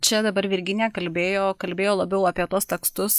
čia dabar virginija kalbėjo kalbėjo labiau apie tuos tekstus